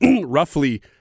roughly